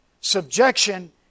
Subjection